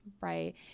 Right